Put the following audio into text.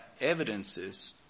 evidences